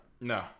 no